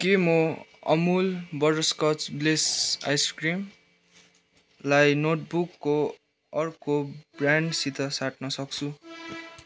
के म Amul butterscotch bliss आइस्क्रिमलाई नोटबुकको अर्को ब्रान्डसित साट्न सक्छु